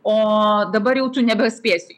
o dabar jau tu nebespėsi